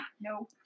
no